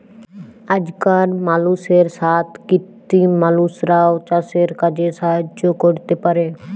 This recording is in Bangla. আজকাল মালুষের সাথ কৃত্রিম মালুষরাও চাসের কাজে সাহায্য ক্যরতে পারে